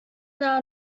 now